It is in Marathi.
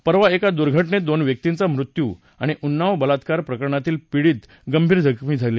परवा एका दुर्घटनेत दोन व्यक्तींचा मृत्यू आणि उन्नाव बलात्कार प्रकरणातील पीडित गंभीर जखमी झाले